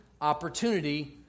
opportunity